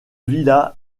villa